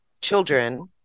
children